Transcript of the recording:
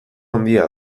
handia